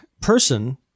person